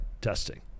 testing